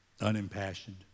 Unimpassioned